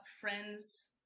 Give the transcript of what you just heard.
friends